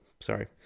Sorry